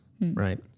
right